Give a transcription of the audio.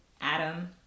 Adam